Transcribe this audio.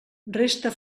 resta